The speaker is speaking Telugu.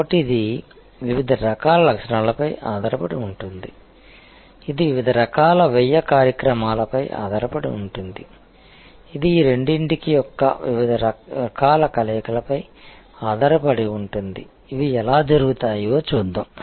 కాబట్టి ఇది వివిధ రకాల లక్షణాలపై ఆధారపడి ఉంటుంది ఇది వివిధ రకాల వ్యయ కార్యక్రమాలపై ఆధారపడి ఉంటుంది ఇది ఈ రెండింటి యొక్క వివిధ రకాల కలయికలపై ఆధారపడి ఉంటుంది ఇవి ఎలా జరుగుతాయో చూద్దాం